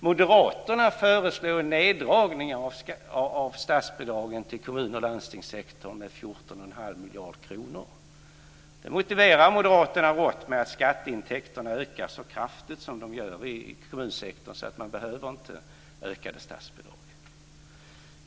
Moderaterna föreslår neddragningar av statsbidragen till kommun och landstingssektorn med 141⁄2 miljarder kronor. Moderaterna motiverar det rått med att skatteintäkterna ökar så kraftigt i kommunsektorn så man inte behöver ökade statsbidrag.